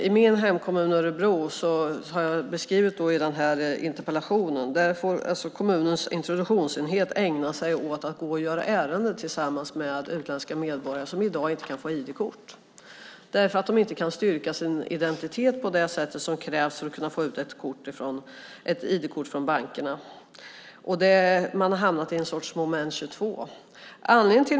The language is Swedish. I min hemkommun Örebro, som jag har beskrivit i den här interpellationen, får kommunens introduktionsenhet ägna sig åt att göra ärenden tillsammans med utländska medborgare som i dag inte kan få ID-kort därför att de inte kan styrka sin identitet på det sätt som krävs för att kunna få ut ett ID-kort från bankerna. Man har hamnat i en sorts moment 22.